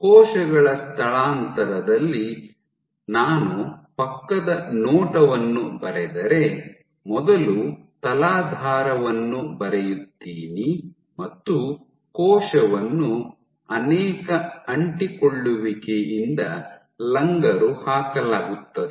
ಕೋಶಗಳ ಸ್ಥಳಾಂತರದಲ್ಲಿ ನಾನು ಪಕ್ಕದ ನೋಟವನ್ನು ಬರೆದರೆ ಮೊದಲು ತಲಾಧಾರವನ್ನು ಬರೆಯುತ್ತೀನಿ ಮತ್ತು ಕೋಶವನ್ನು ಅನೇಕ ಅಂಟಿಕೊಳ್ಳುವಿಕೆಯಿಂದ ಲಂಗರು ಹಾಕಲಾಗುತ್ತದೆ